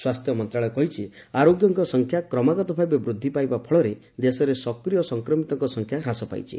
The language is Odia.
ସ୍ୱାସ୍ଥ୍ୟ ମନ୍ତ୍ରଣାଳୟ କହିଛି ଆରୋଗ୍ୟଙ୍କ ସଂଖ୍ୟା କ୍ରମାଗତ ଭାବେ ବୃଦ୍ଧି ପାଇବା ଫଳରେ ଦେଶରେ ସକ୍ରିୟ ସଂକ୍ରମିତଙ୍କ ସଂଖ୍ୟା ହ୍ରାସ ପାଇଛି